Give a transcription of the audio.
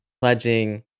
pledging